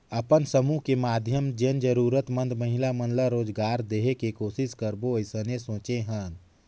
अपन समुह के माधियम जेन जरूरतमंद महिला मन ला रोजगार देहे के कोसिस करबो अइसने सोचे हन